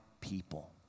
people